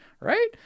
Right